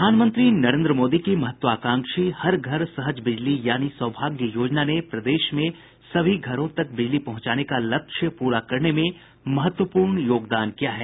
प्रधानमंत्री नरेन्द्र मोदी की महत्वाकांक्षी हर घर सहज बिजली यानी सौभाग्य योजना ने प्रदेश में सभी घरों तक बिजली पहुंचाने का लक्ष्य पूरा करने में महत्वपूर्ण योगदान किया है